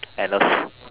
I love